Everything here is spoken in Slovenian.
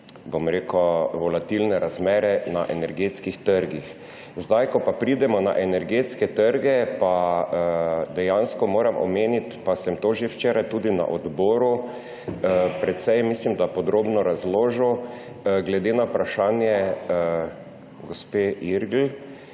na zelo volatilne razmere na energetskih trgih. Ko pa pridemo na energetske trge, pa dejansko moram omeniti, pa sem to že včeraj tudi na odboru precej podrobno razložil, glede na vprašanje gospe Irgl